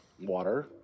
water